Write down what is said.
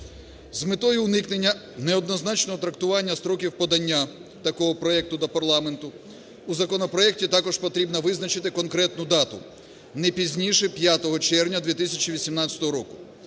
З метою уникнення неоднозначного трактування строків подання такого проекту до парламенту у законопроекті також потрібно визначити конкретну дату: не пізніше 5 червня 2018 року.